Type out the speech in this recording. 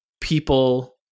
people